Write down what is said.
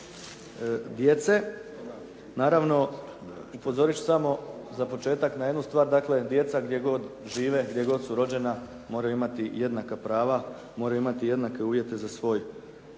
djece, naravno upozoriti ću samo za početak na jednu stvar, dakle, djeca gdje god žive, gdje god su rođena, moraju imati jednaka prava, moraju imati jednake uvjete za svoje